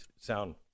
sound